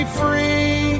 free